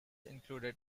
included